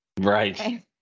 Right